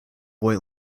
white